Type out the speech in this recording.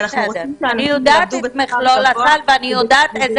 אני יודעת את מכלול הסל ואני יודעת אילו